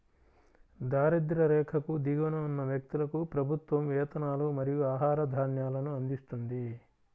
దారిద్య్ర రేఖకు దిగువన ఉన్న వ్యక్తులకు ప్రభుత్వం వేతనాలు మరియు ఆహార ధాన్యాలను అందిస్తుంది